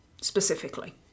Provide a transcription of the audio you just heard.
specifically